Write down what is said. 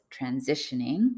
transitioning